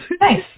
Nice